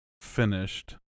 finished